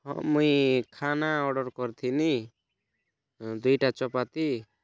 ହଁ ମୁଇଁ ଖାନା ଅର୍ଡ଼ର୍ କରି ଥିଲିଁ ଦୁଇଟା ଚପାତି